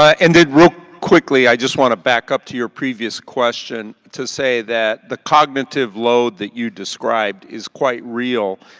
ah and quickly, i just want to back up to your previous question to say that the cognitive load that you described is quite real.